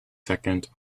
second